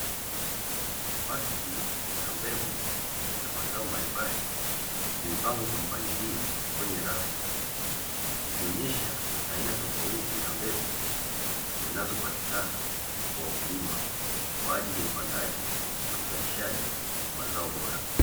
Pakti za mbegu za mazao mbalimbali zimepangwa kwa mpangilio kwenye rafu, zikionyesha aina tofauti za mbegu zinazopatikana kwa wakulima kwa ajili ya upandaji na uzalishaji wa mazao bora.